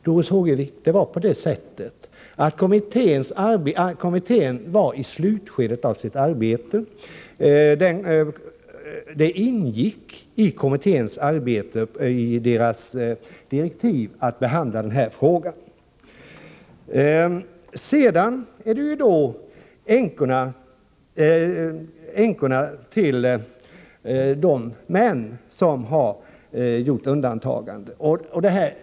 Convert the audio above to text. Kommittén var i slutskedet i sitt arbete, Doris Håvik, och det ingick i direktiven för kommitténs arbete att behandla den här frågan. Låt mig sedan beröra reglerna för änkorna till de män som har begärt undantagande.